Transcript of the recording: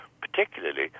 particularly